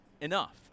enough